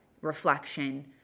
reflection